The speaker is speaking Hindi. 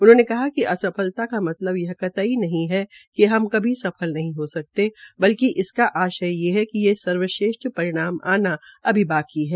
उन्होंने कहा कि असफलता का मतलब यह कतई नहीं है कि हम सफल नहीं हो सकते बल्कि इसका आश्य ये है कि सर्वश्रेष्ठ परिणाम आना अभी बाकी है